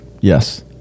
Yes